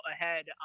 ahead